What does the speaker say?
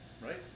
right